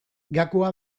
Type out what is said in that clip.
gakoa